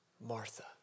Martha